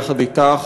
יחד אתך,